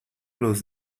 los